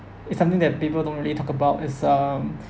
it's something that people don't really talk about it's um